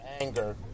anger